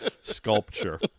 sculpture